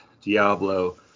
Diablo